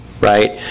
Right